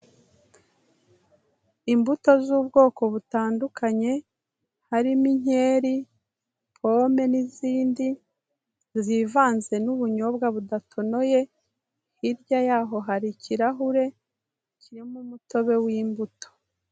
Imbuto z'ubwoko butandukanye harimo inkeri, pome n'izindi zivanze n'ubunyobwa budatonoye, hirya y'aho hari ikirahure kirimo umutobe w'imbuto.